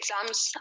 exams